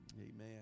amen